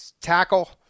tackle